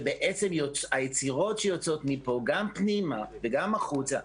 שבעצם היצירות שיוצאות מפה גם פנימה וגם החוצה,